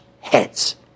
heads